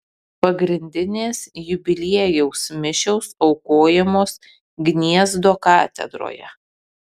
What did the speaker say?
pagrindinės jubiliejaus mišios aukojamos gniezno katedroje